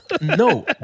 No